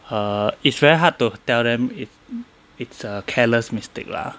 uh it's very hard to tell them if it's a careless mistake lah